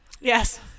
Yes